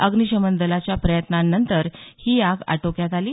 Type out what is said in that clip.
अग्निशमन दलाच्या प्रयत्नांनंतर ही आग आटोक्यात आली